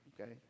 Okay